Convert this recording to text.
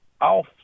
Off